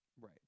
Right